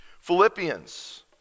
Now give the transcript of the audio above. philippians